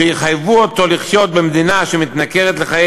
שיחייבו אותו לחיות במדינה שמתנכרת לחיי